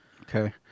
Okay